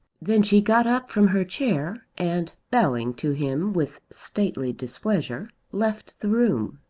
then she got up from her chair and bowing to him with stately displeasure left the room.